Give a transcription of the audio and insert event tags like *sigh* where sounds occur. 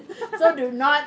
*laughs*